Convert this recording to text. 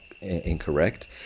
incorrect